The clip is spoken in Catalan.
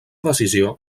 decisió